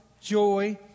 joy